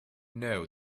know